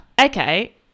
Okay